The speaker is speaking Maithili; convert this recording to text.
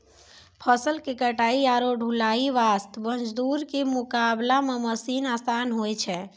फसल के कटाई आरो ढुलाई वास्त मजदूर के मुकाबला मॅ मशीन आसान होय छै